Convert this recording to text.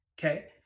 Okay